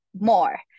more